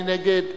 מי נגד?